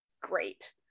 great